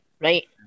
right